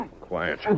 Quiet